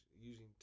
using